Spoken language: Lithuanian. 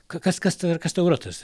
kas kas ta kas tau yra tas